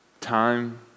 Time